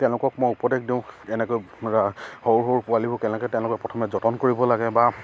তেওঁলোকক মই উপদেশ দিওঁ এনেকৈ সৰু সৰু পোৱালিবোৰ কেনেকৈ তেওঁলোকে প্ৰথমে যতন কৰিব লাগে বা